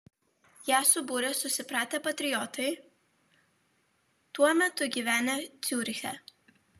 ją subūrė susipratę patriotai tuo metu gyvenę ciuriche